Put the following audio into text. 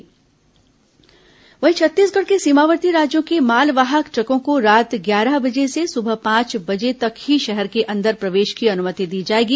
corona truck आवाजाही वहीं छत्तीसगढ़ के सीमावर्ती राज्यों के मालवाहक ट्रकों को रात ग्यारह बजे से सुबह पांच बजे तक ही शहर के अंदर प्रवेश की अनुमति दी जाएगी